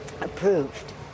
approved